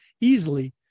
easily